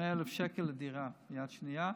100,000 שקלים לדירה יד שנייה,